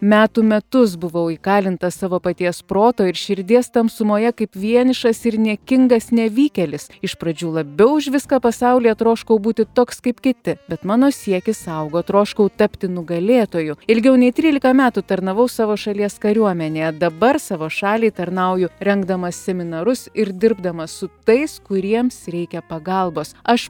metų metus buvau įkalintas savo paties proto ir širdies tamsumoje kaip vienišas ir niekingas nevykėlis iš pradžių labiau už viską pasaulyje troškau būti toks kaip kiti bet mano siekis augo troškau tapti nugalėtoju ilgiau nei trylika metų tarnavau savo šalies kariuomenėje dabar savo šaliai tarnauju rengdamas seminarus ir dirbdamas su tais kuriems reikia pagalbos aš